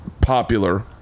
Popular